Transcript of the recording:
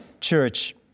church